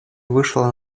вышла